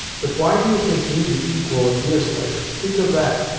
but why do you think me the equal of deerslayer speak of that,